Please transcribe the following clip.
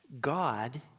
God